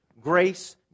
grace